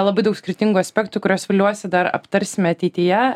labai daug skirtingų aspektų kuriuos viliuosi dar aptarsime ateityje